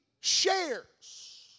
shares